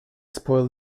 spoil